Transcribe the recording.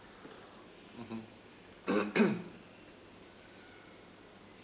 mmhmm